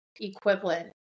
equivalent